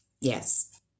Yes